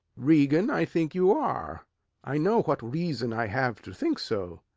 regan, i think you are i know what reason i have to think so.